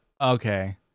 Okay